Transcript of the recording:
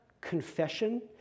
confession